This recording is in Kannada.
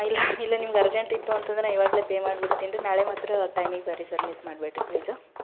ಇಲ್ಲ ಇಲ್ಲ ನಿಮ್ಗೆ ಅರ್ಜೆಂಟ್ ಇತ್ತು ಅಂತಂದ್ರೆ ನಾ ಇವಾಗಲೆ ಪೇ ಮಾಡಿ ಬಿಡ್ತೀನ್ರಿ ನಾಳೆ ಮಾತ್ರ ಟೈಮಿಗೆ ಬರ್ರಿ ಸರ್ ಮಿಸ್ ಮಾಡ್ಬ್ಯಾಡ್ರಿ ಪ್ಲೀಸ್